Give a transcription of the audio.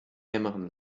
ärmeren